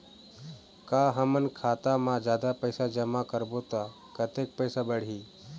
का हमन खाता मा जादा पैसा जमा करबो ता कतेक पैसा बढ़ही?